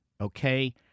okay